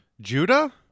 Judah